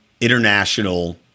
international